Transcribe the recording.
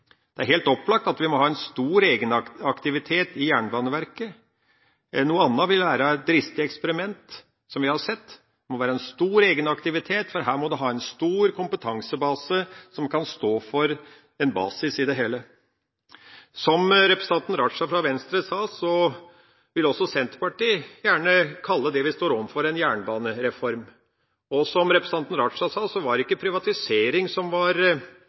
Det er helt opplagt at vi må ha en stor egenaktivitet i Jernbaneverket. Noe annet ville vært et dristig eksperiment, som vi har sett. Det må være en stor egenaktivitet, for her må en ha en stor kompetansebase som kan stå for en basis i det hele. Som representanten Raja fra Venstre sa, vil også Senterpartiet gjerne kalle det vi står overfor, en jernbanereform. Som representanten Raja sa, var det ikke privatisering som var